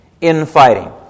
infighting